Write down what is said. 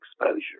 exposure